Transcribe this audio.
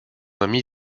ami